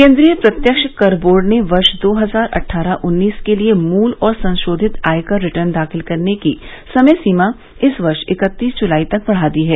केन्द्रीय प्रत्यक्षकर बोर्ड ने वर्ष दो हजार अट्ठारह उन्नीस के लिए मूल और संशोधित आयकर रिटर्न दाखिल करने की समय सीमा इस वर्ष इकत्तीस जुलाई तक बढ़ा दी है